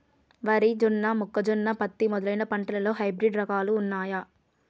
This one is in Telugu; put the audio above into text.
వరి జొన్న మొక్కజొన్న పత్తి మొదలైన పంటలలో హైబ్రిడ్ రకాలు ఉన్నయా?